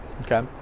okay